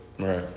Right